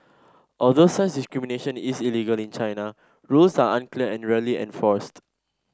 although such discrimination is illegal in China rules are unclear and rarely enforced